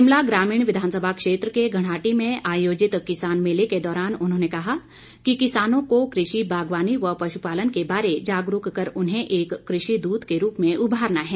शिमला ग्रामीण विधानसभा क्षेत्र के घणाहट्टी में आयोजित किसान मेले के दौरान उन्होंने कहा कि किसानों को कृषि बागवानी व पशुपालन के बारे जागरूक कर उन्हें एक कृषि दूत के रूप में उभारना है